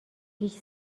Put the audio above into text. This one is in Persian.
هیچ